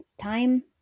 Time